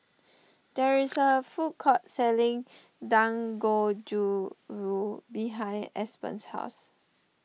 there is a food court selling Dangojiru behind Aspen's house